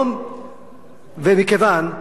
ומכיוון,